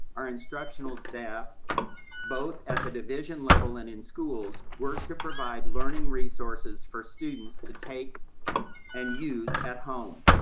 our instructional staff both at the division level and in schools, worked to provide learning resources for students to take and use at home.